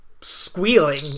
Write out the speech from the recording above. squealing